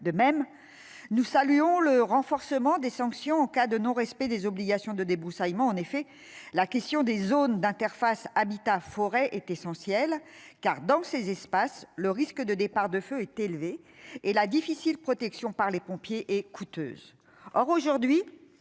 de même. Nous saluons le renforcement des sanctions en cas de non respect des obligations de débroussaillement en effet la question des zones d'interface habitat forêt est essentiel car dans ces espaces le risque de départs de feu est élevé et La difficile protection par les pompiers et coûteuses.